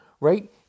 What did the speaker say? right